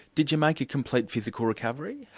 did you make a complete physical recovery?